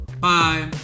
bye